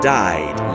died